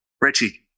Richie